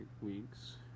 weeks